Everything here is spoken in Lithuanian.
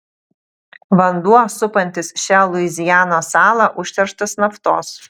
vanduo supantis šią luizianos salą užterštas naftos